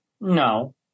No